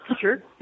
Sure